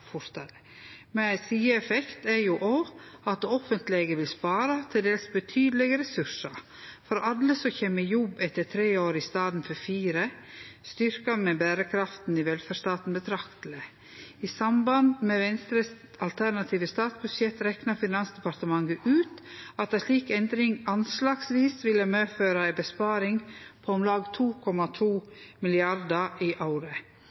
fortare, men ei sideeffekt er òg at det offentlege vil spare til dels betydelege ressursar. For alle som kjem i jobb etter tre år i staden for etter fire, styrkar me berekrafta i velferdsstaten betrakteleg. I samband med Venstre sitt alternative statsbudsjett rekna Finansdepartementet ut at ei slik endring anslagsvis ville føre til at ein sparar om lag 2,2 mrd. kr i året.